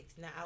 Now